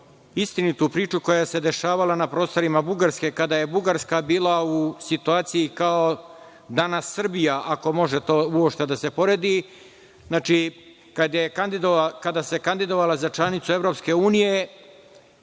istinitu priču koja se dešavala na prostorima Bugarske, kada je Bugarska bila u situaciji kao danas Srbija, ako može to uopšte da se poredi. Znači, kada se kandidovala za članicu EU, Bugarska je,